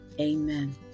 amen